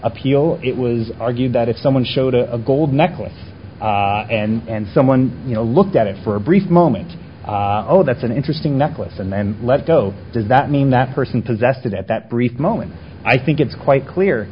appeal it was argued that if someone showed a gold necklace and someone looked at it for a brief moment oh that's an interesting necklace and then let go does that mean that person possessed it at that brief moment i think it's quite clear